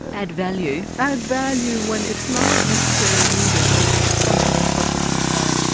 add value. add value when it's not necessarily needed when you're functioning perfectly fine,